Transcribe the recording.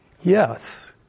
Yes